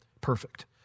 Perfect